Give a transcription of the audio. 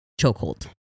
chokehold